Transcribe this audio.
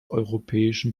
europäischen